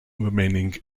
remaining